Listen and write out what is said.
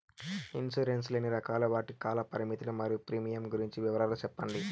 Insurance లు ఎన్ని రకాలు? వాటి కాల పరిమితులు మరియు ప్రీమియం గురించి వివరాలు సెప్పండి?